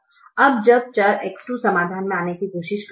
अब जब चर X2 समाधान में आने की कोशिश करता है तो a1 या X2 को बदलना होगा